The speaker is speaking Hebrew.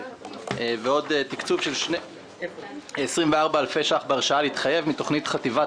ועוד תקצוב של 24,000 ₪ בהרשאה להתחייב מתוכנית חטיבת